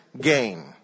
gain